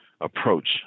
approach